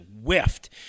whiffed